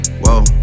whoa